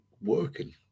working